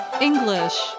English